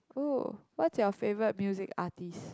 !wow! what's your favourite music artist